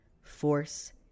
force